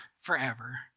forever